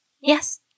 Yes